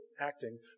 acting